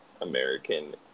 American